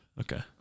Okay